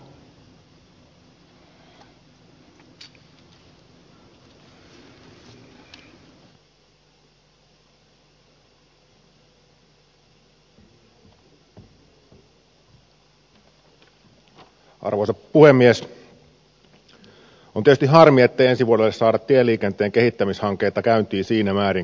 on tietysti harmi ettei ensi vuodelle saada tieliikenteen kehittämishankkeita käyntiin siinä määrin kuin olisi tarpeen